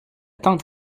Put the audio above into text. tante